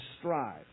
strive